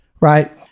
right